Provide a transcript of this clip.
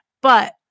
but-